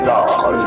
God